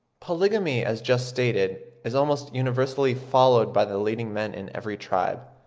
polygamy, as just stated, is almost universally followed by the leading men in every tribe.